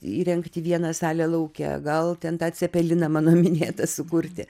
įrengti vieną salę lauke gal ten tą cepeliną mano minėtą sukurti